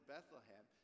Bethlehem